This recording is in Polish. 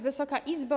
Wysoka Izbo!